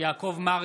יעקב מרגי,